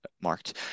marked